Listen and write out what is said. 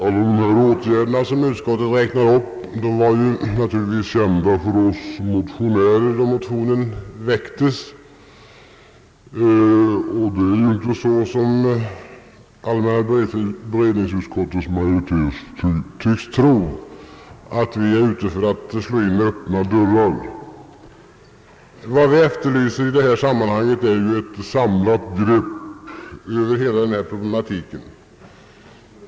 Alla de åtgärder som utskottet räknar upp var naturligtvis kända för oss motionärer då motionen väcktes, och det är inte så, som allmänna beredningsutskottets majoritet tycks tro, att vi är ute för att slå in öppna dörrar. Vad vi efterlyser i detta sammanhang är ett samlat grepp på hela denna problematik.